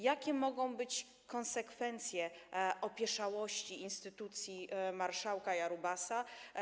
Jakie mogą być konsekwencje opieszałości instytucji marszałka Jarubasa?